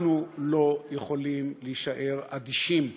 אנחנו לא יכולים להישאר אדישים לגורלם.